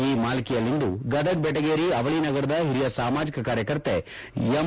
ಈ ಮಾಲಿಕೆಯಲ್ಲಿಂದು ಗದಗ ಬೆಟಗೇರಿ ಅವಳಿ ನಗರದ ಹಿರಿಯ ಸಾಮಾಜಿಕ ಕಾರ್ಯಕರ್ತೆ ಎಂ